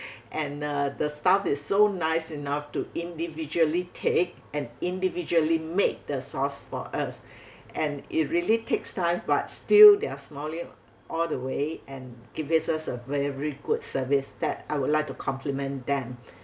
and uh the staff is so nice enough to individually take and individually made the sauce for us and it really takes time but still they're smiling all the way and giving us a very good service that I would like to compliment them